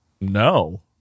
no